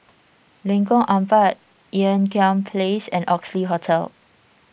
Lengkong Empat Ean Kiam Place and Oxley Hotel